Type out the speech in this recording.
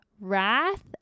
wrath